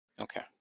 Okay